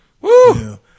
woo